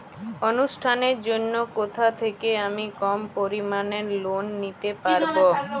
অনুষ্ঠানের জন্য কোথা থেকে আমি কম পরিমাণের লোন নিতে পারব?